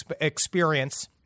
experience